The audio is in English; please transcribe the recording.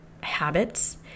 habits